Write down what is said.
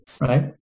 right